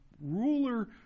ruler